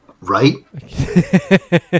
Right